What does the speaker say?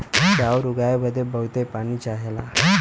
चाउर उगाए बदे बहुत पानी चाहला